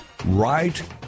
right